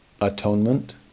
atonement